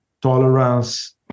tolerance